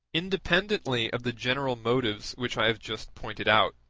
independently of the general motives which i have just pointed out.